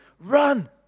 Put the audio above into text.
run